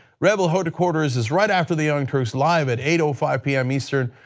rebel headquarters is right after the young turks live at eight five p m. eastern,